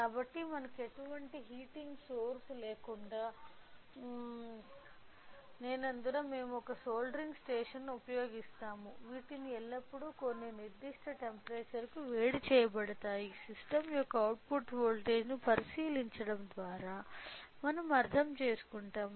కాబట్టి మనకు ఎటువంటి హీటింగ్ సోర్స్ లేనందున మేము ఒక సోల్డరింగ్ స్టేషన్ను ఉపయోగిస్తాము వీటిని ఎల్లప్పుడూ కొన్ని నిర్దిష్ట టెంపరేచర్కు వేడి చేయబడతాయి సిస్టమ్ యొక్క అవుట్పుట్ వోల్టేజ్ను పరిశీలించడం ద్వారా మనం అర్థం చేసుకుంటాము